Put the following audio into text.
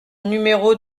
numéro